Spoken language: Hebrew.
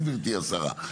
כן גברתי השרה.